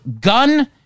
gun